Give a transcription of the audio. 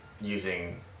using